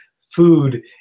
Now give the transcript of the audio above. food